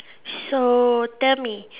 so tell me